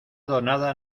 donada